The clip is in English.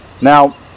Now